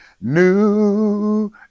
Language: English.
new